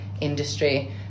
industry